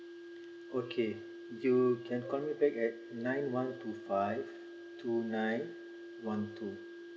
okay you can call me back at nine one two five two nine one two